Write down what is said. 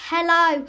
Hello